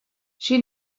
she